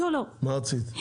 מה רצית?